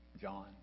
John